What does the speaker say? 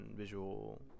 visual